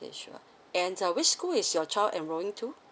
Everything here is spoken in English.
okay sure and uh which school is your child enrolling to